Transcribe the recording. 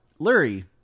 Lurie